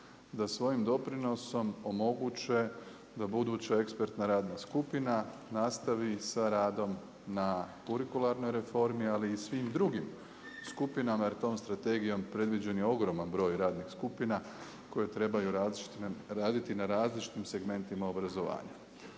da svojim doprinosom omoguće da buduća ekspertna radna skupina nastavi sa radom na kurikularnoj reformi, ali i svim drugim skupinama jer tom strategijom predviđen je ogroman broj radnih skupina koje trebaju raditi na različitim segmentima obrazovanja.